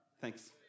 Thanks